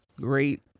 great